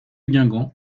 guingamp